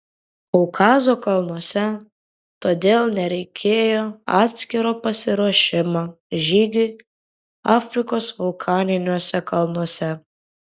kaukazo kalnuose todėl nereikėjo atskiro pasiruošimo žygiui afrikos vulkaniniuose kalnuose